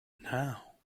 now